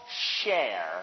share